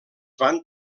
van